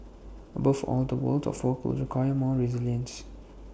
above all the world of work will require more resilience